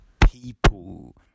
people